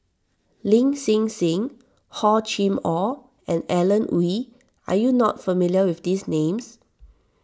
Lin Hsin Hsin Hor Chim or and Alan Oei Are you not familiar with these names